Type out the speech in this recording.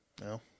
No